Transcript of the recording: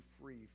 free